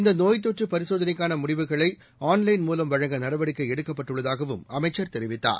இந்தநோய் தொற்றுபரிசோதனைக்கானமுடிவுகளைஆன்லைன் மூலம் வழங்க நடவடிக்கைஎடுக்கப்பட்டுள்ளதாகவும் அமைச்சர் தெரிவித்தார்